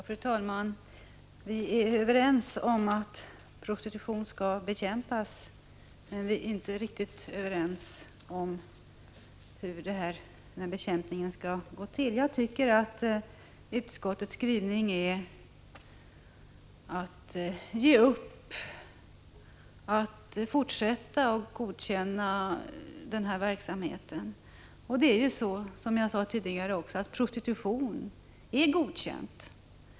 Fru talman! Vi är överens om att prostitution skall bekämpas, men vi är inte riktigt överens om hur bekämpningen skall gå till. Jag tycker att utskottets skrivning innebär att man ger upp och fortsätter att godkänna denna verksamhet. Som jag sade tidigare är prostitution något godkänt.